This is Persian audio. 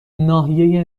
ناحیه